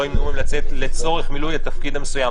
ימענו מהם לצאת לצורך מילוי התפקיד המסוים.